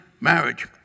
marriage